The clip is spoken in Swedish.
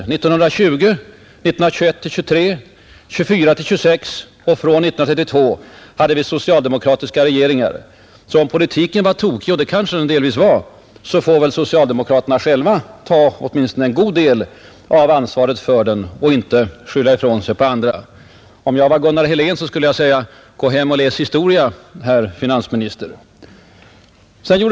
1920, 1921-1923, 1924-1926 och från 1932 hade vi socialdemokratiska regeringar. Om politiken var tokig, och det kanske den delvis var, så får väl socialdemokraterna själva ta en god del av ansvaret för den och inte skylla ifrån sig på andra. Om jag vore Gunnar Helén skulle jag säga: Gå hem och läs historia, herr finansminister!